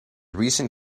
recent